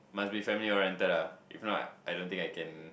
must be family oriented ah if not I don't think I can